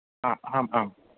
आ हाम् आम्